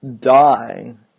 dying